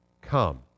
come